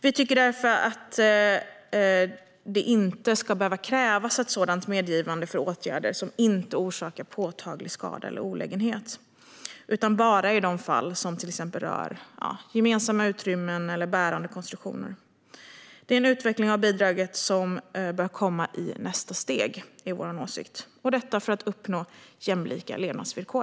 Vi tycker därför att det inte ska behöva krävas ett sådant medgivande för åtgärder som inte orsakar påtaglig skada eller olägenhet, utan bara i fall som till exempel rör gemensamma utrymmen eller bärande konstruktioner. Det är en utveckling av bidraget som bör komma i nästa steg, är vår åsikt, för att uppnå jämlika levnadsvillkor.